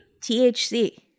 THC